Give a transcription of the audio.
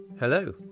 hello